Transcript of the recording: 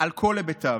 על כל היבטיו.